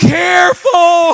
careful